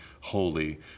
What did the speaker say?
holy